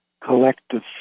collective